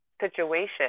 situation